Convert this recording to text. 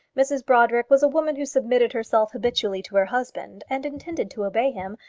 mrs brodrick was a woman who submitted herself habitually to her husband, and intended to obey him,